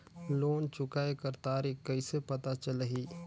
Loan चुकाय कर तारीक कइसे पता चलही?